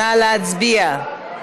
נא להצביע.